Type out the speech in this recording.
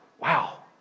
Wow